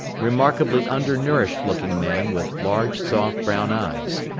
remarkably undernourished looking man with large soft brown eyes.